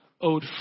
owed